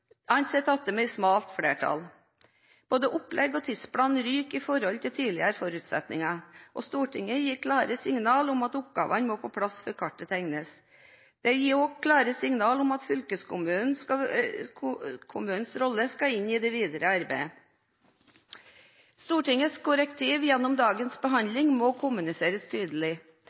med et smalt flertall. Både opplegg og tidsplan ryker i forhold til tidligere forutsetninger. Stortinget gir klare signaler om at oppgavene må på plass før kartet tegnes. Stortinget gir også klare signaler om at fylkeskommunenes rolle skal inn i det videre arbeidet. Stortingets korrektiv gjennom dagens behandling må kommuniseres tydelig.